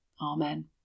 Amen